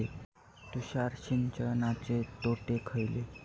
तुषार सिंचनाचे तोटे खयले?